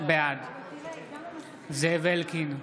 בעד זאב אלקין,